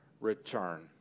return